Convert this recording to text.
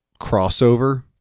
crossover